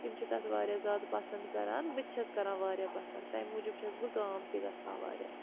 تِم چھِ تَتھ واریاہ زیادٕ پَسنٛد کَران بہٕ تہِ چھَس کَران واریاہ پَسَنٛد تَمہِ موٗجوٗب چھَس بہٕ گام تہِ گَژھان واریاہ